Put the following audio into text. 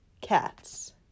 Cats